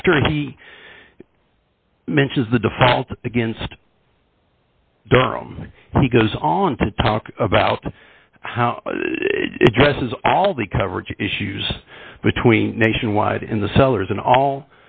after he mentions the default against dumb he goes on to talk about how it dresses all the coverage issues between nationwide in the cellars and all